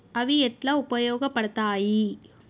అవి ఎట్లా ఉపయోగ పడతాయి?